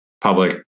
public